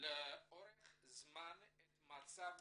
לאורך זמן את מצב